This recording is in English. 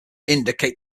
indicate